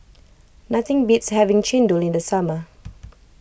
nothing beats having Chendol in the summer